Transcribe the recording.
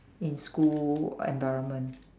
in school environment